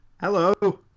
Hello